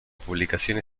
publicación